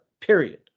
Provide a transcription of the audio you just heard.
period